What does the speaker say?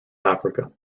africa